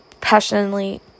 passionately